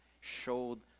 showed